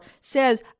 says